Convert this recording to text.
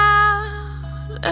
out